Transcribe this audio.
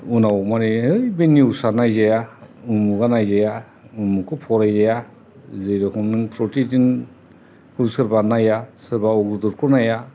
उनाव माने है बे निउसा नायजाया उमुखा नायजाया उमुखखौ फरायजाया जे रखम नों प्रतिदिन बा सोरबा नाया सोरबाया अग्रदुथ खौ नाया